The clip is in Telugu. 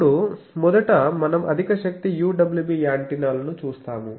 ఇప్పుడు మొదట మనం అధిక శక్తి UWB యాంటెన్నాలను చూస్తాము